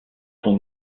qu’on